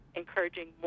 encouraging